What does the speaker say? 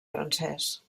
francès